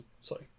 Sorry